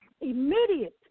immediate